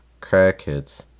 crackheads